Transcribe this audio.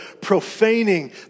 profaning